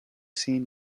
seen